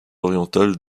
orientale